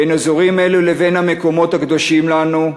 בין אזורים אלו לבין המקומות הקדושים לנו,